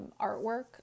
artwork